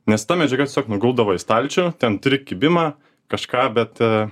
nes ta medžiaga tiesiog nuguldavo į stalčių ten turi kibimą kažką bet